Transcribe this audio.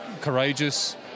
courageous